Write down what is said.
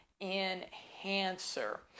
enhancer